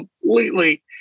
completely